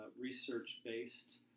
research-based